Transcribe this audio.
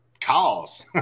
Cause